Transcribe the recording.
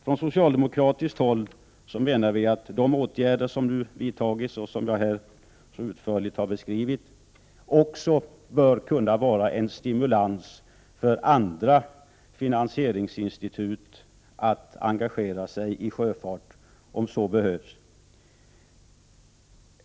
Från socialdemokratiskt håll menar vi att de åtgärder som nu vidtagits och som jag här så utförligt har beskrivit också bör kunna vara en stimulans för andra finansieringsinstitut att engagera sig i sjöfart om så behövs.